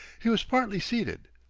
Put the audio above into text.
he was partly seated,